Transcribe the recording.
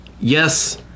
yes